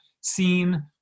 seen